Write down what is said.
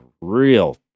real